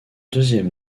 deuxième